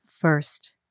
First